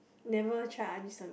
never try Ajisen